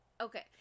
Okay